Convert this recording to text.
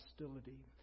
hostility